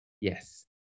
Yes